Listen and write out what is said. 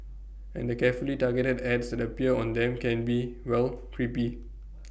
and the carefully targeted ads that appear on them can be well creepy